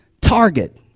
target